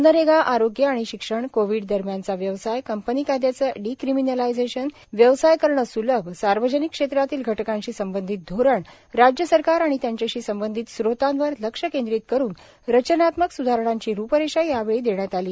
मनरेगा आरोग्य व शिक्षण कोविड दरम्यानचा व्यवसाय कंपनी कायद्याचा डिक्रीमलायझेशन व्यवसाय करणे सुलभ सार्वजनिक क्षेत्रातील घटकांशी संबंधित धोरण राज्य सरकार आणि त्यांच्याशी संबंधित स्रोतांवर लक्ष केंद्रित करून रचनात्मक स्धारणांची रूपरेषा यावेळी देण्यात आली